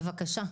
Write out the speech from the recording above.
בבקשה.